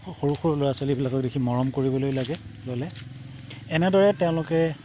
সৰু সৰু ল'ৰা ছোৱালীবিলাকৰ দেখি মৰম কৰিবলৈ লাগে ল'লে এনেদৰে তেওঁলোকে